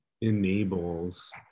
enables